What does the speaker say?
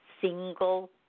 single